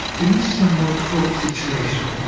in this somewhat fraught situation,